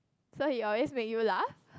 so he always make you laugh